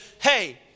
hey